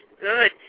Good